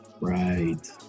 right